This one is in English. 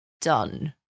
done